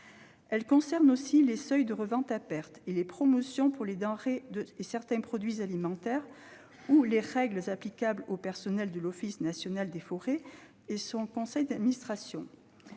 Elles concernent aussi les seuils de revente à perte et les promotions pour les denrées et certains produits alimentaires ou les règles applicables aux personnels de l'Office national des forêts et à son conseil d'administration,